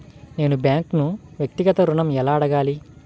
నేను బ్యాంక్ను వ్యక్తిగత ఋణం ఎలా అడగాలి?